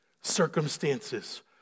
Circumstances